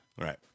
Right